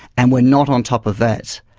and we're not on top of that.